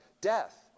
death